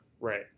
right